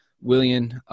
William